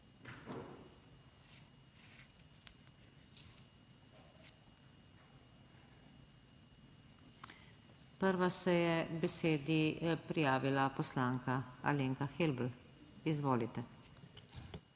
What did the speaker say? Prva se je k besedi prijavila poslanka Alenka Helbl. Izvolite.